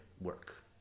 work